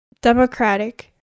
democratic